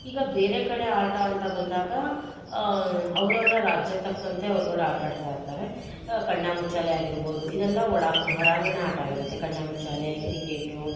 ಈಗ ಬೇರೆ ಕಡೆ ಆಟ ಅಂತ ಬಂದಾಗ ಅವರವರ ರಾಜ್ಯಕ್ಕೆ ತಕ್ಕಂತೆ ಅವರುಗಳು ಆಟಾಡ್ತಾ ಇರ್ತಾರೆ ಕಣ್ಣಾಮುಚ್ಚಾಲೆ ಆಗಿರ್ಬೋದು ಇದೆಲ್ಲಾ ಒಳ ಹೊರಾಂಗಣ ಆಟ ಆಗಿರುತ್ತೆ ಕಣ್ಣಾಮುಚ್ಚಾಲೆ ಕ್ರಿಕೆಟು